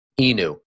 Inu